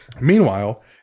Meanwhile